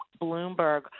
Bloomberg